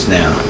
now